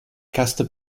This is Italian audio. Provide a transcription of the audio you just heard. cast